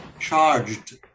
charged